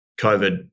COVID